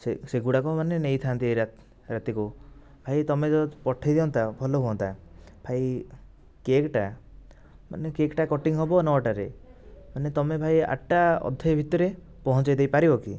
ସେଗୁଡ଼ାକ ମାନେ ନେଇଥାଆନ୍ତି ରାତିକୁ ଭାଇ ତୁମେ ଯଦି ପଠେଇ ଦିଅନ୍ତ ଭଲ ହୁଅନ୍ତା ଭାଇ କେକ୍ଟା ମାନେ କେକ୍ଟା କଟିଂ ହବ ନଅଟାରେ ମାନେ ତୁମେ ଭାଇ ଆଠଟା ଅଧେ ଭିତରେ ପହଞ୍ଚେଇ ଦେଇପାରିବ କି